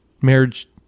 marriage